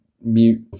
mute